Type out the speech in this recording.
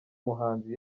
muhanzi